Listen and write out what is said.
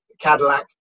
Cadillac